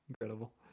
Incredible